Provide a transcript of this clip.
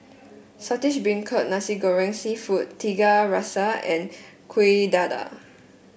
Saltish Beancurd Nasi Goreng seafood Tiga Rasa and Kuih Dadar